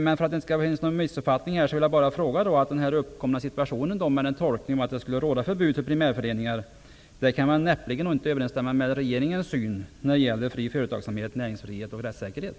För att det inte skall råda någon missuppfattning vill jag fråga: Den uppkomna situationen med tolkningen att det skulle råda förbud mot primärföreningar kan väl näppeligen överensstämma med regeringens syn när det gäller fri företagsamhet, näringsfrihet och rättssäkerhet?